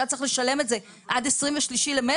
שהיה צריך לשלם את זה עד 23 במרץ,